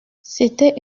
c’était